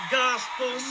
gospel